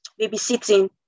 babysitting